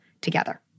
together